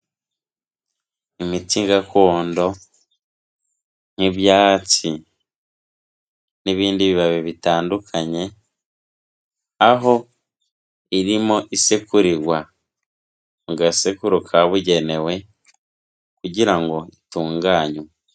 Imiti gakondo nk'ibyatsi n'ibindi bibabi bitandukanye, aho irimo isekurirwa mu gasekuru kabugenewe kugira ngo itunganywe.